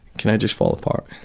can i just fall apart.